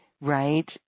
Right